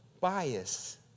bias